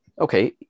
okay